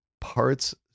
parts